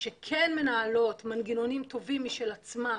שכן מנהלות מנגנונים טובים משל עצמן,